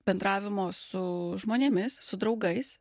bendravimo su žmonėmis su draugais